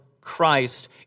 Christ